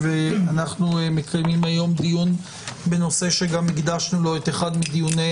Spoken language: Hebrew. אנו מקיימים היום דיון בנושא שגם הקדשנו לו את אחד מדיוני